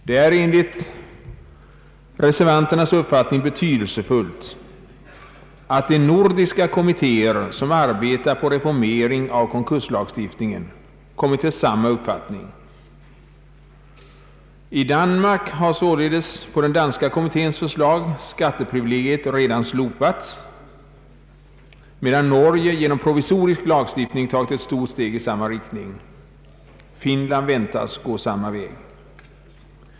Det är enligt reservanternas uppfattning betydelsefullt att de nordiska kommittéer som arbetar på reformering av konkurslagstiftningen kommit till samma uppfattning. I Danmark har således på den danska kommitténs förslag skatteprivilegiet redan slopats, medan Norge genom provisorisk lagstiftning tagit ett stort steg i samma riktning. Finland väntas gå samma väg.